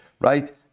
right